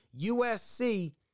USC